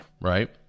right